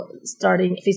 starting